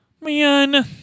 Man